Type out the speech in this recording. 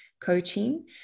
coaching